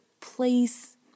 place